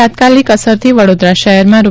તાત્કાલિક અસરથી વડોદરા શહેરમાં રૂ